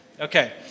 Okay